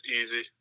easy